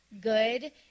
good